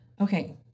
Okay